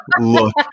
look